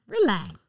Relax